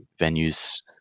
venues